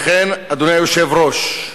לכן, אדוני היושב-ראש,